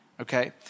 Okay